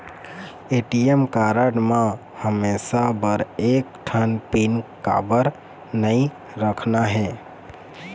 ATM card म हमेशा बर एक ठन पिन काबर नई रखना हे?